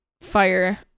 fire